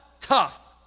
tough